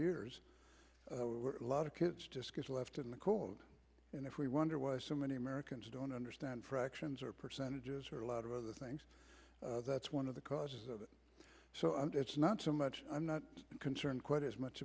years a lot of kids left in the cold and if we wonder why so many americans don't understand fractions or percentages or a lot of other things that's one of the causes of it so i'm not so much i'm not concerned quite as much